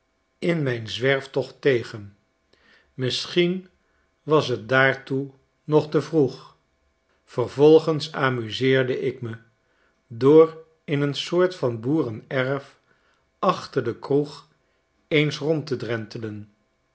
in mijn zwerftocht tegen misschien was t daartoe nog te vroeg vervolgens amuseerde ik me door in een soort van boeren erf achter de kroeg eens rond te drentelen